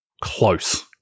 close